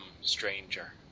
Stranger